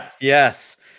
Yes